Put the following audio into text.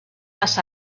las